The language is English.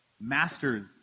masters